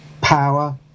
power